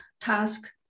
task